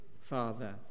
father